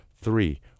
three